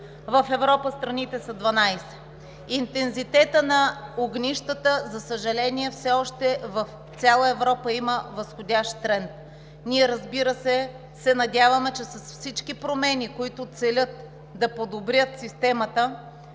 В Европа страните са 12. Интензитетът на огнищата, за съжаление, все още в цяла Европа има възходящ тренд. Ние, разбира се, с всички промени, които целят да подобрят системата